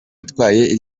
itwaye